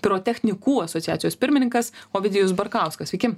pirotechnikų asociacijos pirmininkas ovidijus barkauskas sveiki